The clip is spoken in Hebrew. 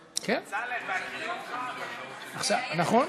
בצלאל, בהכירי אותך, אתה לא, נכון,